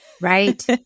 Right